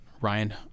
Ryan